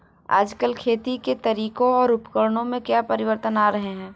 आजकल खेती के तरीकों और उपकरणों में क्या परिवर्तन आ रहें हैं?